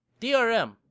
DRM